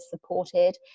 supported